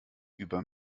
über